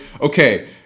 okay